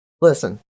Listen